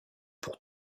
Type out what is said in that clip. pour